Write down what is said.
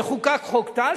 יחוקק חוק טל,